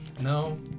No